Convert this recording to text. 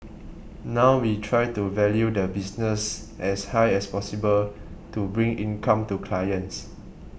now we try to value the business as high as possible to bring income to clients